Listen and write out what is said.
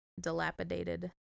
dilapidated